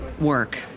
work